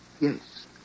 Yes